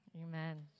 amen